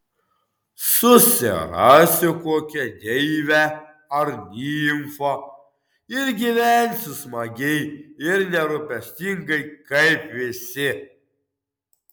susirasiu kokią deivę ar nimfą ir gyvensiu smagiai ir nerūpestingai kaip visi